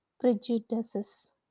prejudices